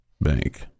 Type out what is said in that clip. Bank